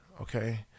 okay